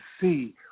see